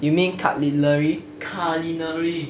you mean culinary